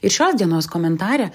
ir šios dienos komentare